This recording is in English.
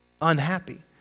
unhappy